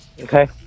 Okay